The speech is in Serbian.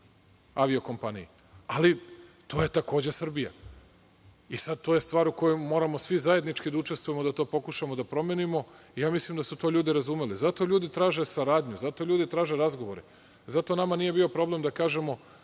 avio kompaniji, ali to je takođe Srbija. To je stvar gde moramo svi zajedno da učestvujemo, da to pokušamo da promenimo i ja mislim da su to ljudi razumeli i zato ljudi traže saradnju, zato traže razgovore, zato nama nije bio problem da kažemo